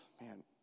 man